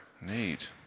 Neat